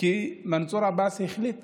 כי מנסור עבאס החליט